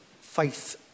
faith